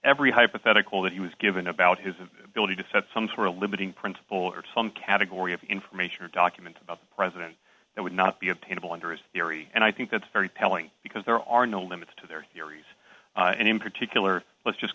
every hypothetical that he was given about his ability to set some sort of limiting principle or some category of information or documents about the president that would not be obtainable under his theory and i think that's very telling because there are no limits to their theories and in particular let's just